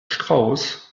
strauss